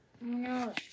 no